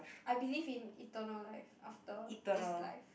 I believe in eternal life after this life